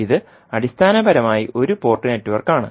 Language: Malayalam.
ഇത് അടിസ്ഥാനപരമായി ഒരു പോർട്ട് നെറ്റ്വർക്കാണ്